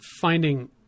finding